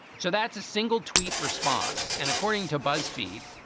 so that's a single tweet response. and according to buzzfeed,